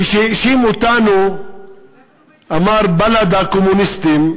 כשהאשים אותנו ואמר: בל"ד הקומוניסטים,